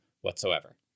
whatsoever